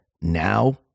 Now